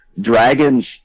Dragon's